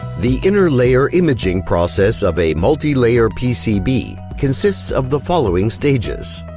the inner layer imaging process of a multilayer pcb consists of the following stages.